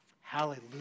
Hallelujah